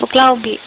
ꯄꯣꯛꯂꯥꯎꯕꯤ